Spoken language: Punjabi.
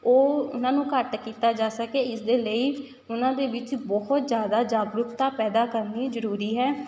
ਉਹ ਉਹਨਾਂ ਨੂੰ ਘੱਟ ਕੀਤਾ ਜਾ ਸਕੇ ਇਸਦੇ ਲਈ ਉਹਨਾਂ ਦੇ ਵਿੱਚ ਬਹੁਤ ਜ਼ਿਆਦਾ ਜਾਗਰੂਕਤਾ ਪੈਦਾ ਕਰਨੀ ਜ਼ਰੂਰੀ ਹੈ